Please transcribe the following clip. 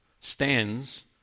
stands